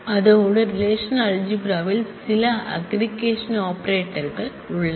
அதோடு relational algebra ல் சில அக்ரிகேஷன் ஆபரேட்டர்கள் உள்ளன